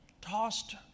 tossed